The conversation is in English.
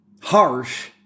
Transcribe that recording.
harsh